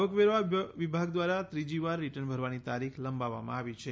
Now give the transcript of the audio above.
આવકવેરા વિભાગ દ્વારા ત્રીજીવાર રીટર્ન ભરવાની તારીખ લંબાવવામાં આવી છે